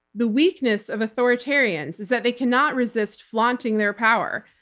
the weakness of authoritarians is that they cannot resist flaunting their power,